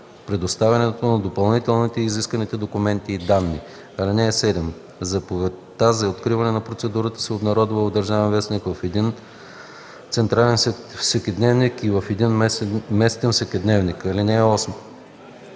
представянето на допълнително изисканите документи и данни. (7) Заповедта за откриване на процедурата се обнародва в „Държавен вестник”, в един централен всекидневник и в един местен вестник. (8)